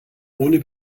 ohne